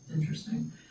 interesting